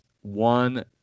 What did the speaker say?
one